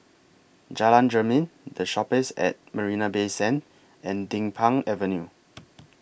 Jalan Jermin The Shoppes At Marina Bay Sands and Din Pang Avenue